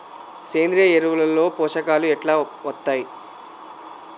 సేంద్రీయ ఎరువుల లో పోషకాలు ఎట్లా వత్తయ్?